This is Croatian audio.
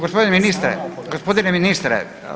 Gospodine ministre, gospodine ministre.